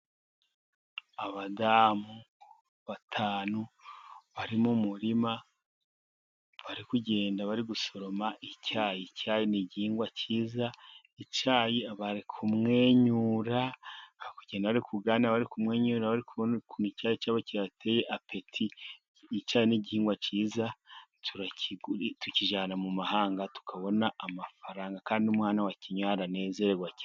Abadamu batanu bari mu murima bari kugenda bari gusoroma icyay. Icyayi ni igihingwa cyiza, icyayi bari bari kugisoroma bari kumwenyura ukuntu icyayi cyabo giteye appeti. Icyayi ni igihingwa cyiza turakigunda tukijyana mu mahanga tukabona amafaranga kandi umwana wakinyoye aranezererwa cyane.